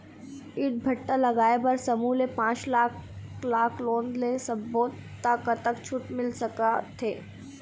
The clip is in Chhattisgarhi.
ईंट भट्ठा लगाए बर समूह ले पांच लाख लाख़ लोन ले सब्बो ता कतक छूट मिल सका थे?